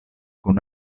kun